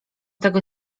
tego